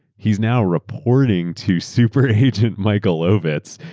heaeurs now reporting to super-heated michael ovitz.